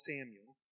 Samuel